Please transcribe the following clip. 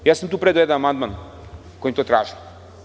Ja sam tu predao jedan amandman kojim to tražim.